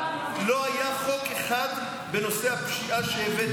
לא היה חוק אחד בנושא הפשיעה שהבאתי,